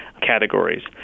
categories